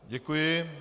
Děkuji.